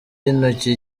y’intoki